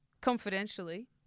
confidentially